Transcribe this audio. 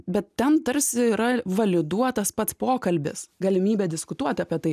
bet ten tarsi yra validuotas pats pokalbis galimybė diskutuot apie tai